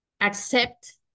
accept